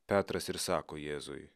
petras ir sako jėzui